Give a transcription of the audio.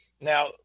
Now